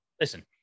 Listen